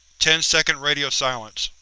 ten second radio silence.